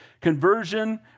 Conversion